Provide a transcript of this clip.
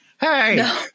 Hey